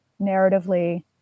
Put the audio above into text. narratively